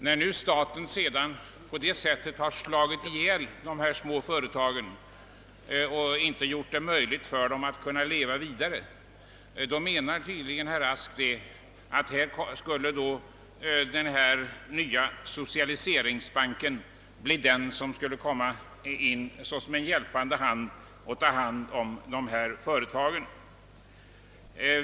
När nu staten på det sättet har slagit ihjäl de små företagen och inte gjort det möjligt för dem att kunna leva vidare, menar tydligen herr Rask att här skulle den nya socialiseringsbanken bli den som skulle träda hjälpande emellan och ta hand om dessa företag.